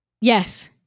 Yes